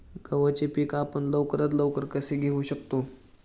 गव्हाचे पीक आपण लवकरात लवकर कसे घेऊ शकतो?